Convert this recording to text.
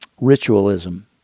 ritualism